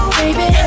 baby